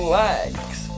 legs